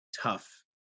tough